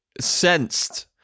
sensed